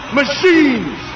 machines